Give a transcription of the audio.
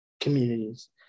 communities